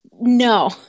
no